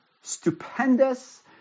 stupendous